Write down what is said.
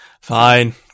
Fine